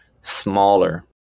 smaller